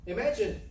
Imagine